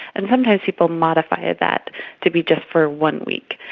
and sometimes people modify that to be just for one week.